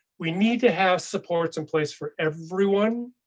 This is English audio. we need to have supports in place for everyone,